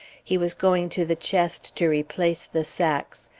he was going to the chest to replace the sacks.